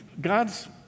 God's